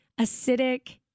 acidic